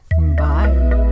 Bye